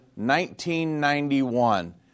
1991